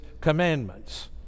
commandments